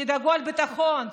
תדאגו לביטחון,